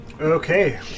Okay